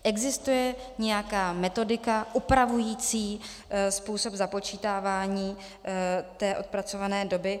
Existuje nějaká metodika upravující způsob započítávání té odpracované doby?